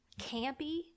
campy